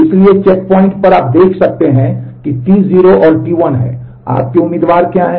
इसलिए चेकपॉइंट पर आप देख सकते हैं कि T0 और T1 हैं आपके उम्मीदवार क्या हैं